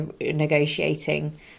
negotiating